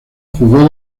jugó